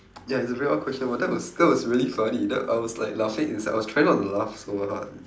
ya it's a very odd question but that was that was really funny that I was like laughing inside I was trying not to laugh so hard